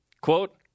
Quote